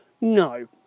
No